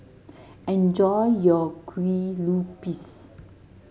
enjoy your Kue Lupis